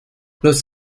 los